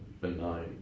Benign